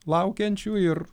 laukiančių ir